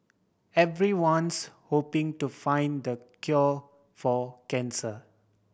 everyone's hoping to find the cure for cancer